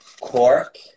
cork